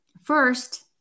first